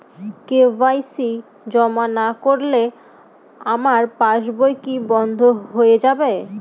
KYC জমা না করলে আমার পাসবই কি বন্ধ হয়ে যাবে?